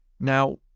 now